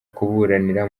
kuburanira